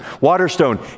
Waterstone